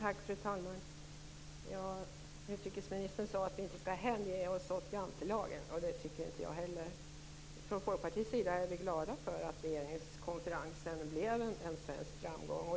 Fru talman! Utrikesministern sade att vi inte skall hänge oss åt Jantelagen, och det håller jag med om. Från Folkpartiets sida är vi glada för att regeringskonferensen blev en svensk framgång.